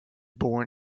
born